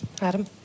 Adam